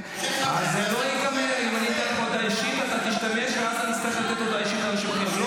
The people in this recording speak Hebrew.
אז אני לא אמשיך בהסברים שלי.